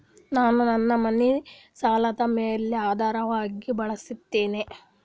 ನಾನು ನನ್ನ ಮನಿ ಸಾಲದ ಮ್ಯಾಲ ಆಧಾರವಾಗಿ ಬಳಸಿದ್ದೇನೆ